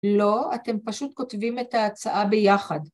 לא, אתם פשוט כותבים את ההצעה ביחד.